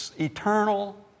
eternal